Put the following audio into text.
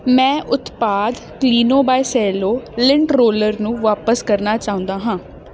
ਮੈਂ ਉਤਪਾਦ Cleano by Cello lint roller ਨੂੰ ਵਾਪਸ ਕਰਨਾ ਚਾਹੁੰਦਾ ਹਾਂ